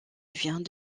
vient